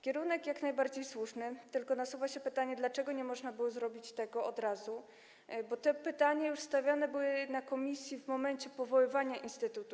Kierunek jak najbardziej słuszny, tylko nasuwa się pytanie, dlaczego nie można było zrobić tego od razu, bo te pytania już były stawiane na posiedzeniu komisji w momencie powoływania instytutu.